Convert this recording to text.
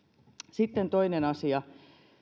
sitten toinen asia